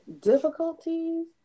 difficulties